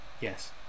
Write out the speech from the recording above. Yes